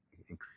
increase